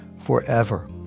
forever